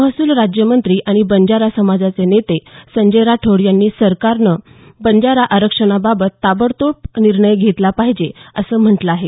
महसूल राज्यमंत्री आणि बंजारा समाजाचे नेते संजय राठोड यांनी सरकारनं बंजारा आरक्षणाबाबत ताबडतोब निर्णय घेतला पाहिजे असं म्हटलं आहे